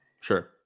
Sure